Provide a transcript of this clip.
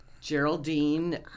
Geraldine